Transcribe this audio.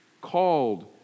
called